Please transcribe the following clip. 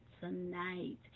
tonight